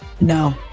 No